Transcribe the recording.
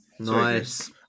Nice